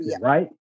Right